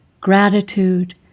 gratitude